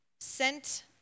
sent